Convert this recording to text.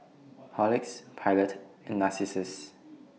Horlicks Pilot and Narcissus